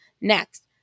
Next